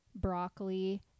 broccoli